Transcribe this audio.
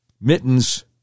Mittens